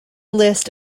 list